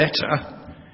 better